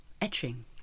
etching